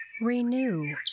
Renew